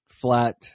flat